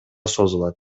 созулат